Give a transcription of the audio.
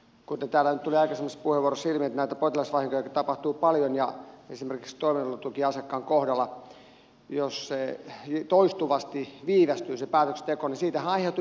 kuten täällä nyt tuli aikaisemmissa puheenvuoroissa ilmi näitä potilasvahinkojakin tapahtuu paljon ja esimerkiksi toimeentulotukiasiakkaan kohdalla jos se päätöksenteko toistuvasti viivästyy siitähän aiheutuu merkittävää vahinkoa